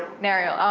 nario.